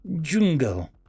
jungle